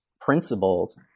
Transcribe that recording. principles